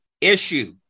issue